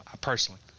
Personally